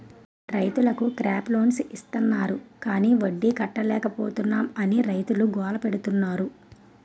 రైతులకు crop loans ఇస్తాన్నారు గాని వడ్డీ కట్టలేపోతున్నాం అని రైతులు గోల పెడతన్నారు